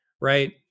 right